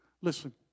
Listen